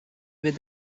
with